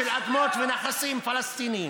גם מסלף וגם מדבר שטויות.